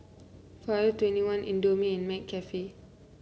Forever Twenty One Indomie and McCafe